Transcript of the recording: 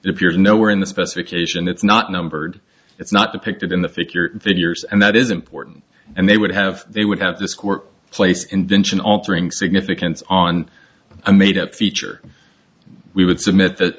it appears nowhere in the specification it's not numbered it's not depicted in the figure figures and that is important and they would have they would have this court place invention altering significance on a made up feature we would submit that